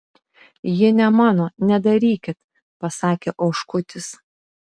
ji ne mano nedarykit pasakė oškutis